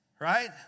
Right